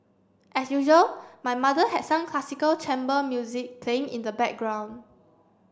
as usual my mother had some classical chamber music playing in the background